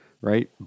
right